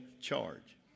charge